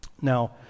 Now